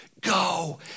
go